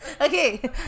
Okay